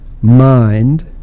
mind